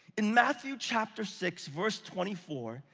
in matthew chapter six, verse twenty four,